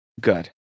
Good